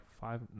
five